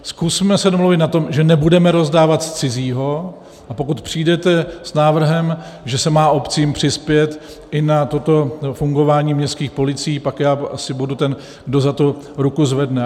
Zkusme se domluvit na tom, že nebudeme rozdávat z cizího, a pokud přijdete s návrhem, že se má obcím přispět i na toto fungování městských policií, pak já asi budu ten, kdo za to ruku zvedne.